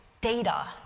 data